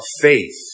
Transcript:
faith